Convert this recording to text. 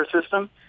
system